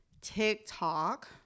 TikTok